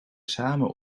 samen